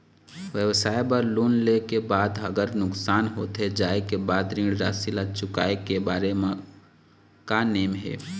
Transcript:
व्यवसाय बर लोन ले के बाद अगर नुकसान होथे जाय के बाद ऋण राशि ला चुकाए के बारे म का नेम हे?